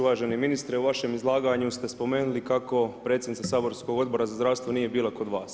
Uvaženi ministre, u vašem izlaganju ste spomenuli kako predsjednica Saborskog odbora za zdravstvo nije bila kod vas.